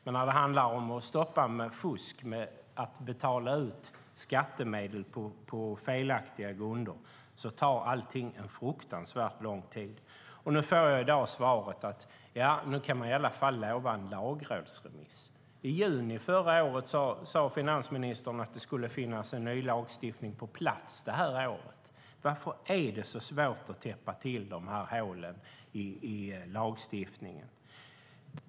Men när det handlar om att stoppa fusk och utbetalning av skattemedel på felaktiga grunder tar allting fruktansvärt lång tid. I dag får jag svaret att man i alla fall kan lova en lagrådsremiss. Men i juni förra året sade finansministern att det skulle finnas en ny lagstiftning på plats det här året. Varför är det så svårt att täppa till de här hålen i lagstiftningen?